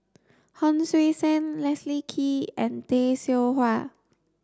Hon Sui Sen Leslie Kee and Tay Seow Huah